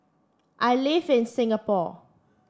I live in Singapore